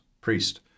priest